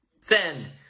send